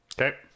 Okay